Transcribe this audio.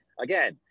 Again